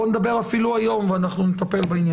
בואי נדבר אפילו היום ונטפל בעניין.